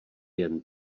jen